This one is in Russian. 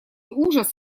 ужас